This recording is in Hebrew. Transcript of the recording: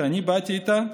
שאני באתי איתה,